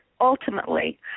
ultimately